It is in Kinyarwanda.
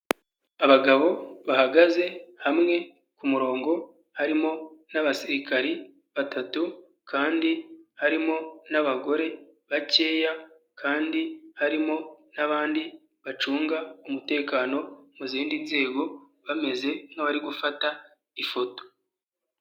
Abagabo bahagaze hamwe ku murongo, harimo n'abasirikari batatu kandi harimo n'abagore bakeya kandi harimo n'abandi bacunga umutekano mu zindi nzego, bameze nk'abari gufata ifoto.